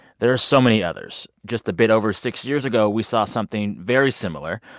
there are so many others. just a bit over six years ago, we saw something very similar.